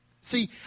See